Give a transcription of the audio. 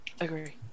Agree